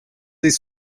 des